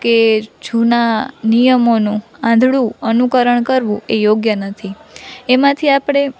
કે જૂના નિયમોનું આંધળું અનુકરણ કરવું એ યોગ્ય નથી એમાંથી આપણે